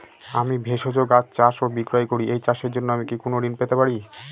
আমি ভেষজ গাছ চাষ ও বিক্রয় করি এই চাষের জন্য আমি কি কোন ঋণ পেতে পারি?